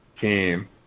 team